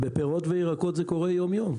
בפירות וירקות זה קורה יום-יום.